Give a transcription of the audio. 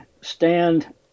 stand